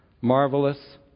marvelous